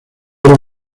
era